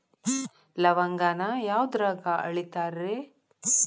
ಲವಂಗಾನ ಯಾವುದ್ರಾಗ ಅಳಿತಾರ್ ರೇ?